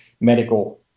medical